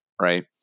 right